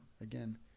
again